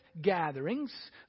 gatherings